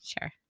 Sure